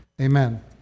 amen